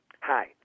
Hi